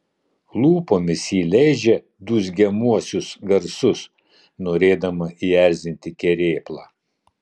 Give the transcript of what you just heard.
lūpomis ji leidžia dūzgiamuosius garsus norėdama įerzinti kerėplą